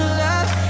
love